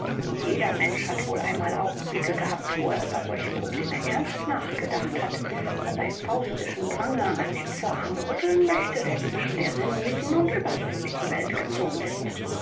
jeder mensch hat wohl einmal augenblicke gehabt wo er über solche probleme ernst nachgedacht hat wo er im faustischen drange an dem vorhang rütteln möchte der zwischen der sinnlichen und übersinnlichen welt gezogen ist